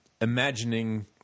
imagining